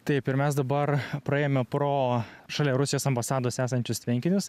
taip ir mes dabar praėjome pro šalia rusijos ambasados esančius tvenkinius